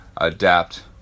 Adapt